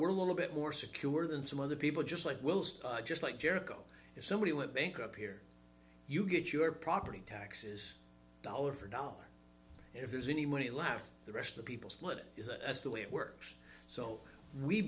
we're a little bit more secure than some other people just like wills just like jericho if somebody went bankrupt here you get your property taxes dollar for dollar and if there's any money left the rest of the people split the way it works so we